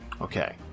Okay